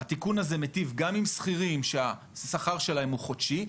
התיקון הזה מטיב גם עם שכירים שהשכר שלהם הוא חודשי,